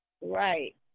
Right